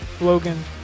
Logan